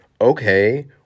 okay